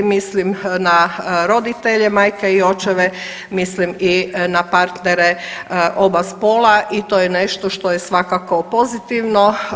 Mislim na roditelje, majke i očeve, mislim i na partnere oba spola i to je nešto što je svakako pozitivno.